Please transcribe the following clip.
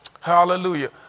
Hallelujah